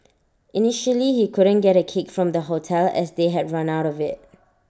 initially he couldn't get A cake from the hotel as they had run out of IT